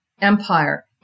empire